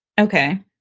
Okay